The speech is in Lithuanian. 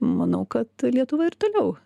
manau kad lietuva ir toliau